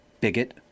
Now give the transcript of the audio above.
bigot